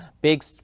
big